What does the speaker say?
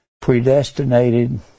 predestinated